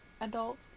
adult